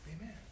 Amen